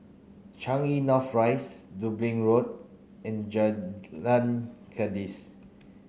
Changi North Rise Dublin Road and Jalan Kandis